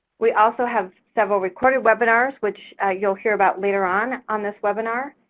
we also have several recorded webinars, which you'll hear about later on on this webinar.